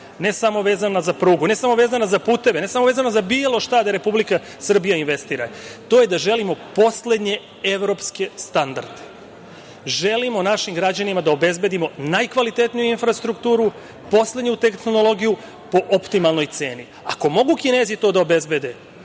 ne samo vezano za prugu, ne samo vezano za puteve, ne samo vezano za bilo šta gde Republika Srbija investira, to je da želimo poslednje evropske standarde. Želimo našim građanima da obezbedimo najkvalitetniju infrastrukturu, poslednju tehnologiju po optimalnom ceni. Ako mogu Kinezi to da obezbede,